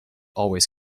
always